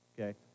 okay